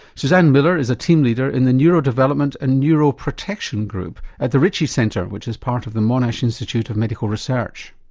suzanne miller is a team leader in the neurodevelopment and neuroprotection group at the ritchie centre which is part of the monash institute of medical research.